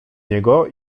niego